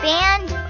Band